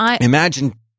imagine